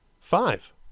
five